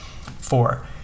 Four